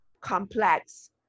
complex